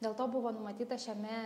dėl to buvo numatyta šiame